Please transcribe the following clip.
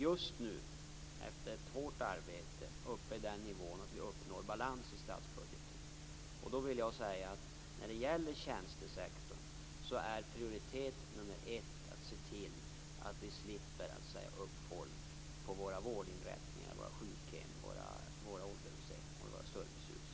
Just nu, efter ett hårt arbete, har vi kommit till den nivå där vi uppnår balans i statsbudgeten. När det gäller tjänstesektorn är prioritet nr 1 att se till att vi slipper säga upp folk på våra vårdinrättningar, sjukhem, ålderdomshem och servicehus.